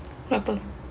berapa